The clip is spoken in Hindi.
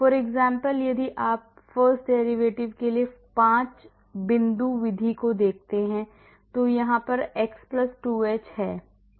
उदाहरण के लिए यदि आप first derivative के लिए 5 बिंदु विधि को देखते हैं जहां x 2h यह और इसी तरह